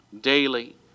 Daily